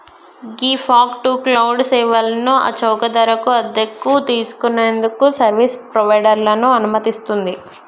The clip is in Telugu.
గీ ఫాగ్ టు క్లౌడ్ సేవలను ఆ చౌక ధరకు అద్దెకు తీసుకు నేందుకు సర్వీస్ ప్రొవైడర్లను అనుమతిస్తుంది